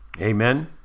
Amen